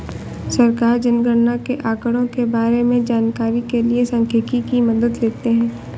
सरकार जनगणना के आंकड़ों के बारें में जानकारी के लिए सांख्यिकी की मदद लेते है